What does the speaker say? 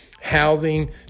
Housing